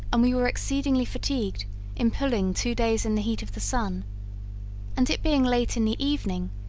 and we were exceedingly fatigued in pulling two days in the heat of the sun and it being late in the evening,